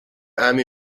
army